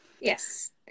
Yes